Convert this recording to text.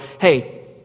hey